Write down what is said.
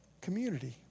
community